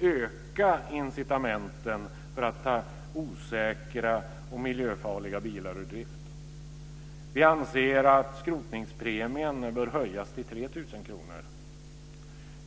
öka incitamenten för att ta osäkra och miljöfarliga bilar ur drift. Vi anser att skrotningspremien bör höjas till 3 000 kr.